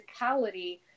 physicality